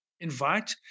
invite